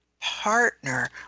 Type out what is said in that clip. partner